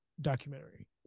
documentary